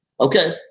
Okay